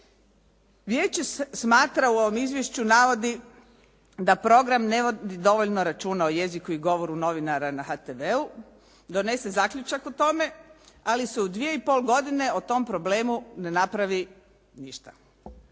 Vijeće smatra u ovom izvješću navodi da program ne vodi dovoljno računa o jeziku i govoru novinara na HTV-u, donese zaključak o tome, ali se u dvije pol godine o tom problemu ne napravi ništa.